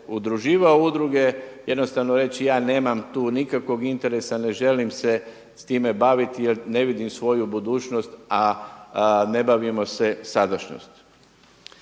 udruživao u udruge jednostavno reći ja nemam tu nikakvog interesa, ne želim se s time baviti jer ne vidim svoju budućnost, a ne bavimo se sadašnjošću.